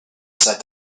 said